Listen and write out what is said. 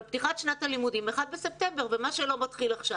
פתיחת שנת הלימודים היא ב-1 בספטמבר ומה שלא מתחיל עכשיו,